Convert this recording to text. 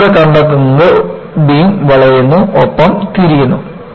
നമ്മൾ ഇവിടെ കണ്ടെത്തുന്നത് ബീം വളയുന്നു ഒപ്പം തിരിയുന്നു